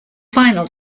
final